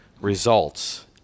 results